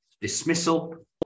dismissal